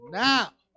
now